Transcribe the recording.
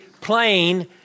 plain